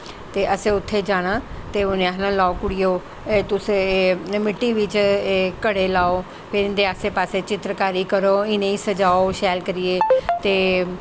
ते असैं उत्थै जाना ते उ'नें आखना लैओ कुड़ियो तुस एह् मिट्टी बिच्च एह् घड़े लाओ फिर इं'दे आस्सै पास्सै चित्तरकारी करो सजाओ शैल करियै ते